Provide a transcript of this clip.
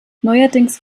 neuerdings